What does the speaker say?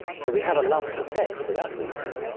so we have a lust for sex for that reason,